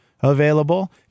available